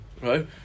right